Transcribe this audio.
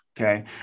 okay